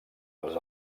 els